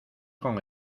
con